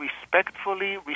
respectfully